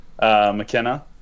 McKenna